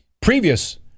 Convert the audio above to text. previous